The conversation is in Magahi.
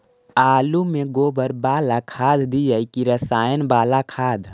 आलु में गोबर बाला खाद दियै कि रसायन बाला खाद?